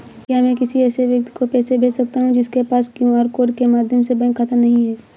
क्या मैं किसी ऐसे व्यक्ति को पैसे भेज सकता हूँ जिसके पास क्यू.आर कोड के माध्यम से बैंक खाता नहीं है?